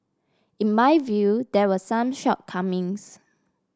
in my view there were some shortcomings